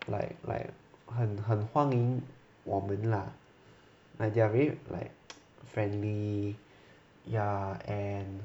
like like 很很欢迎我们 lah like they are really like friendly ya and